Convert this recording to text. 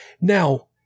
Now